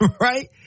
Right